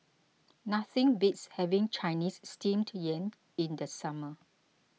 nothing beats having Chinese Steamed Yam in the summer